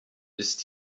ist